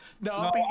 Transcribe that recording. No